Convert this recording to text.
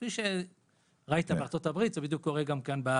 כפי שראית בארצות הברית כך בדיוק זה קורה גם בארץ.